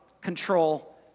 control